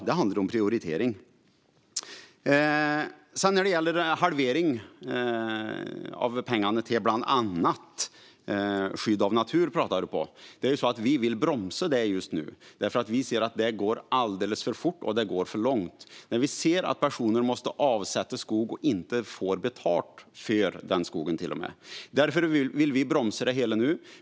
Det handlar om prioritering. När det gäller halveringen av pengarna till bland annat skydd av natur vill vi bromsa detta just nu, därför att det går alldeles för fort och för långt när vi ser att personer måste avsätta skog och inte får betalt för skogen. Därför vill vi bromsa det hela nu.